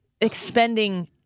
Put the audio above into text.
expending